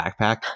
backpack